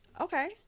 Okay